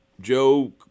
Joe